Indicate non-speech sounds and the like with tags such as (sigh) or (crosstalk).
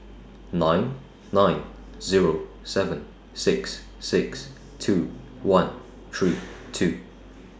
nine nine Zero seven six six two one three (noise) two